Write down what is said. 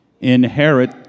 inherit